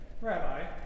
Rabbi